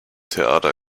theater